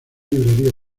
librería